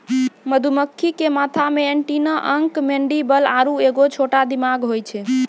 मधुमक्खी के माथा मे एंटीना अंक मैंडीबल आरु एगो छोटा दिमाग होय छै